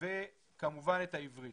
וכמובן את העברית.